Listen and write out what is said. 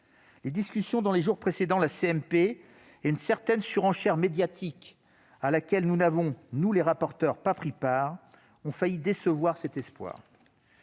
Les discussions dans les jours précédant la CMP et une certaine surenchère médiatique, à laquelle nous n'avons, nous, les rapporteurs, pas pris part, ont failli décevoir cet espoir.